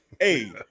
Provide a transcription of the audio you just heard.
hey